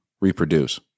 reproduce